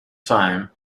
time